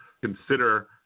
consider